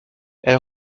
elle